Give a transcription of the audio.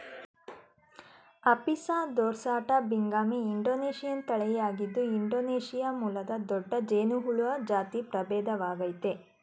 Apis dorsata binghami Indonesian ತಳಿಯಾಗಿದ್ದು Indonesia ಮೂಲದ ದೊಡ್ಡ ಜೇನುಹುಳ ಜಾತಿ ಪ್ರಭೇದವಾಗಯ್ತೆ